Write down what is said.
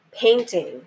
painting